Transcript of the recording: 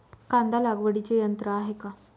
कांदा लागवडीचे यंत्र आहे का?